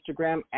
Instagram